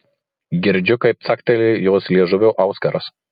girdžiu kaip cakteli jos liežuvio auskaras